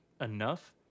enough